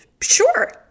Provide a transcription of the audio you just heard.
sure